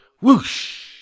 Whoosh